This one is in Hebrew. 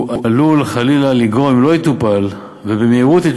עלול חלילה לגרום, אם לא יטופל, ובמהירות,